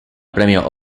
premio